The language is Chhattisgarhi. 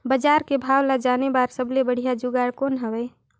बजार के भाव ला जाने बार सबले बढ़िया जुगाड़ कौन हवय?